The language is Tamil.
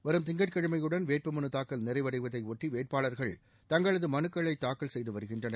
வரும் திங்கட்கிழமையுடன் வேட்புமனு தாக்கல் நிறைவடைவதை ஒட்டி வேட்பாளர்கள் தங்களது மனுக்களை தாக்கல் செய்து வருகின்றனர்